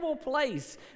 place